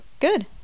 Good